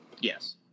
Yes